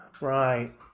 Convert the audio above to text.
Right